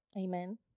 Amen